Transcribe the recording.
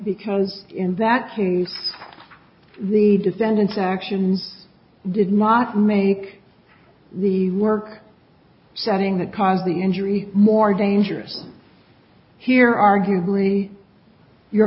because in that key the descendants actions did not make the work setting that caused the injury more dangerous here arguably your